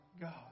God